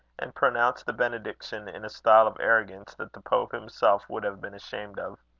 and pronounced the benediction in a style of arrogance that the pope himself would have been ashamed of.